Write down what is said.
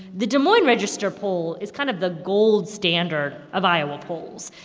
the des moines register poll is kind of the gold standard of iowa polls.